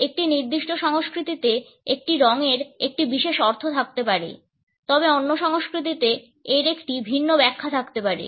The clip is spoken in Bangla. একটি নির্দিষ্ট সংস্কৃতিতে একটি রঙের একটি বিশেষ অর্থ থাকতে পারে তবে অন্য সংস্কৃতিতে এর একটি ভিন্ন ব্যাখ্যা থাকতে পারে